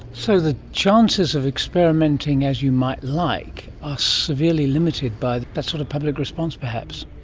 so the chances of experimenting as you might like are severely limited by that sort of public response perhaps.